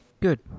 Good